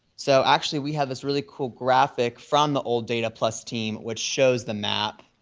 so actually, we have this really cool graphic from the old data plus team, which shows the map.